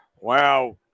Wow